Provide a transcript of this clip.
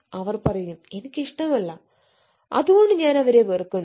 അവർ പറയും എനിക്ക് ഇഷ്ടമല്ല അതുകൊണ്ട് ഞാൻ അവരെ വെറുക്കുന്നു